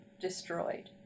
destroyed